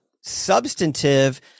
substantive